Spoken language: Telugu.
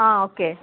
ఓకే